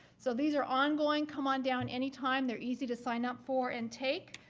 so these are ongoing. come on down anytime. they're easy to sign up for and take.